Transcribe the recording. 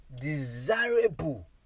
desirable